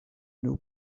new